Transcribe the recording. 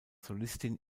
solistin